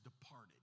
departed